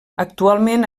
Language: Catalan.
actualment